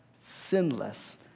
sinless